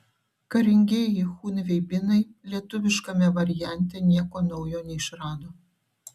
karingieji chunveibinai lietuviškame variante nieko naujo neišrado